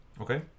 Okay